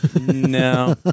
No